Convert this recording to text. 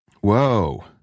Whoa